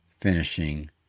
finishing